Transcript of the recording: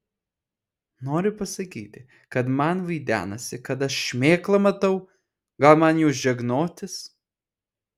nori pasakyti kad man vaidenasi kad aš šmėklą matau gal man jau žegnotis